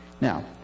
Now